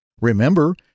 Remember